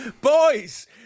Boys